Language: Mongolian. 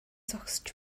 зогсож